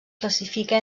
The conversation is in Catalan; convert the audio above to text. classifica